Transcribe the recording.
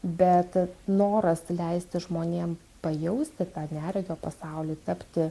bet noras leisti žmonėm pajausti tą neregio pasaulį tapti